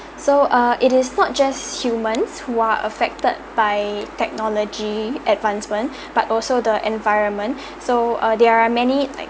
so uh it is not just humans who are affected by technology advancement but also the environment so uh there are many like